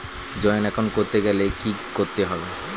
Joint account করতে গেলে কি করতে হবে?